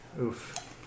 Oof